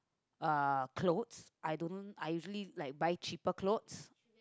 uh clothes I don't I usually like buy cheaper clothes